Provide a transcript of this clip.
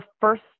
first